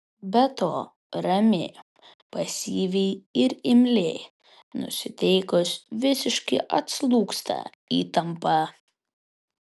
be to ramiai pasyviai ir imliai nusiteikus visiškai atslūgsta įtampa